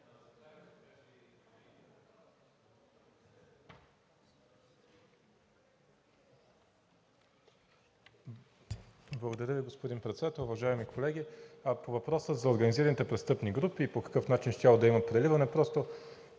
Благодаря Ви, господин Председател. Уважаеми колеги, по въпроса за организираните престъпни групи и по какъв начин щяло да има преливане, просто